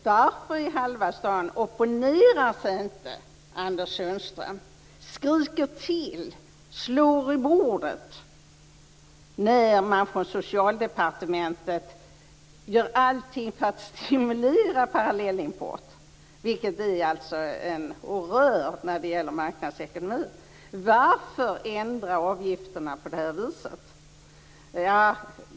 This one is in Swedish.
Varför i hela världen opponerar sig inte Anders Sundström, skriker till och slår näven i bordet när man från Socialdepartementet gör allting för att stimulera parallellimport, vilket är en horrör när det gäller marknadsekonomi? Varför ändra avgifterna på det här viset?